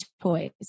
toys